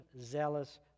zealous